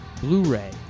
Blu-ray